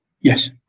Yes